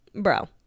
bro